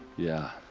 yeah.